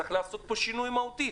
צריך לעשות פה שינוי מהותי,